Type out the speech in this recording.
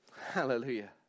Hallelujah